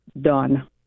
done